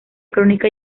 crónica